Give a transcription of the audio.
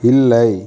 இல்லை